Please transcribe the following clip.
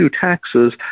taxes